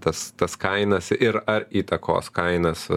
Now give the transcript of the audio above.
tas tas kainas ir ar įtakos kainas vat